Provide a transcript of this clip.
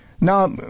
Now